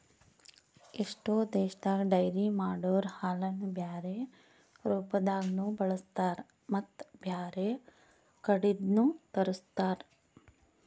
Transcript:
ಎಷ್ಟೋ ದೇಶದಾಗ ಡೈರಿ ಮಾಡೊರೊ ಹಾಲನ್ನು ಬ್ಯಾರೆ ರೂಪದಾಗನೂ ಬಳಸ್ತಾರ ಮತ್ತ್ ಬ್ಯಾರೆ ಕಡಿದ್ನು ತರುಸ್ತಾರ್